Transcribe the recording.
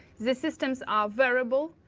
the systems are variable,